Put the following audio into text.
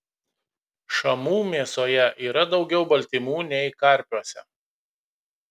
šamų mėsoje yra daugiau baltymų nei karpiuose